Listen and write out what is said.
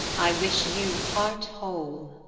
i wish you heart-whole.